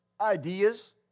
ideas